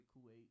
Kuwait